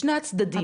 משני הצדדים.